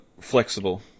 flexible